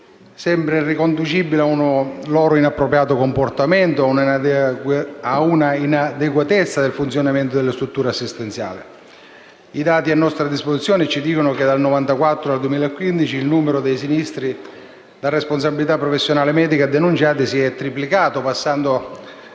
come riconducibile ad un loro inappropriato comportamento o ad una inadeguatezza del funzionamento delle strutture assistenziali. I dati a nostra disposizione ci dicono che dal 1994 al 2015 il numero dei sinistri da responsabilità professionale medica denunciati si è triplicato, arrivando